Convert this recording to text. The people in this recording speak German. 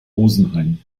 rosenheim